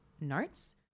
notes